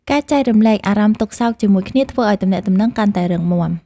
ការចែករំលែកអារម្មណ៍ទុក្ខសោកជាមួយគ្នាធ្វើឱ្យទំនាក់ទំនងកាន់តែរឹងមាំ។